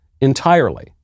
entirely